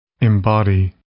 Embody